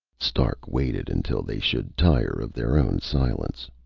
stark waited, until they should tire of their own silence.